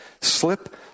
slip